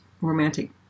romantic